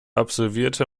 absolvierte